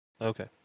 okay